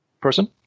person